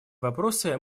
вопросы